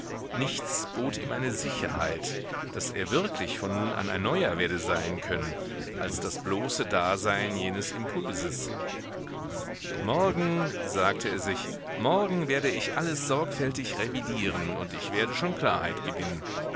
nichts bot ihm eine sicherheit daß er wirklich von nun an ein neuer werde sein können als das bloße dasein jenes impulses morgen sagte er sich morgen werde ich alles sorgfältig revidieren und ich werde schon klarheit gewinnen